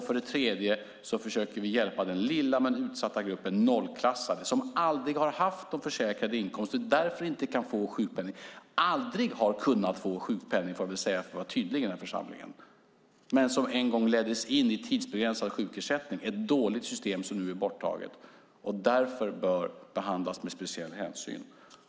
För det tredje försöker vi hjälpa den lilla men utsatta gruppen nollklassade, som aldrig har haft sjukpenninggrundade inkomster och därför inte kan få sjukpenning, som aldrig har kunnat få sjukpenning, får jag väl säga för att vara tydlig i den här församlingen, men som en gång leddes in i tidsbegränsad sjukersättning. Det var ett dåligt system som nu är borttaget. De bör därför behandlas med speciell hänsyn.